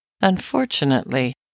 Unfortunately